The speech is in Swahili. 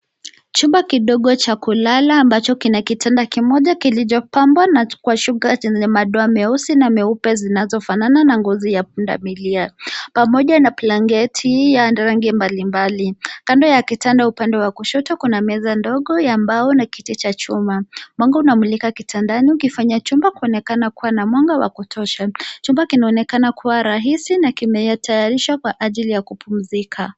Chumba kidogo cha kulala ambacho kinakitatanda kimoja kilichopabwa kwa shuka zenye madoa meusi na meupe zinazofanana na ngozi ya punda milia pamoja na blanketi ya rangi mbali mbali. Kando ya kitanda upande wa kushoto kuna meza dogo ya mbao na kiti cha chuma. Mwanga unamulika kitandani ukifanya chumba kuonekana kuwa na mwanga wa kutosha. Chumba kinaonekana kuwa rahisi na kimetayarishwa kwa ajili ya kupumzika.